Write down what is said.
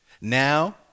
Now